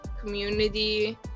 community